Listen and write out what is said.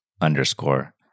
underscore